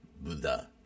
Buddha